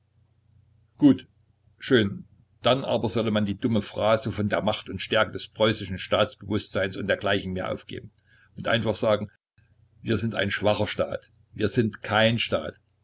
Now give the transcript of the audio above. gut schön dann aber solle man die dumme phrase von der macht und stärke des preußischen staatsbewußtseins und dergleichen mehr aufgeben und einfach sagen wir sind ein schwacher staat wir sind kein staat